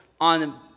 on